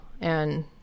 And-